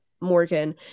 morgan